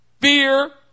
fear